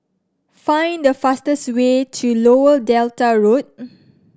find the fastest way to Lower Delta Road